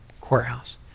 courthouse